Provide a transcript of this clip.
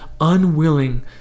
unwilling